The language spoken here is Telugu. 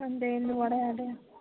అంతే నువ్వు వడ యడె